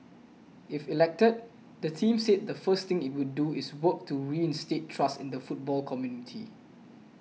if elected the team said the first thing it would do is work to reinstate trust in the football community